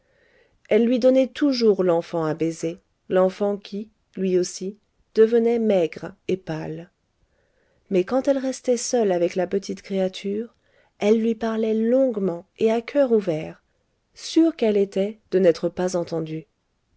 elle lui donnait toujours l'enfant à baiser l'enfant qui lui aussi devenait maigre et pâle mais quand elle restait seule avec la petite créature elle lui parlait longuement et à coeur ouvert sûre qu'elle était de n'être pas entendue